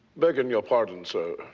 begging your pardon, sir,